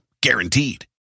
Guaranteed